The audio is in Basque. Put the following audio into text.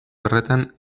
horretan